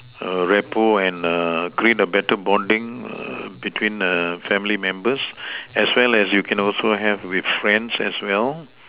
a rapport and create a better bonding between family members as well as you can also have with friends as well